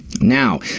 Now